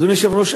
אדוני היושב-ראש,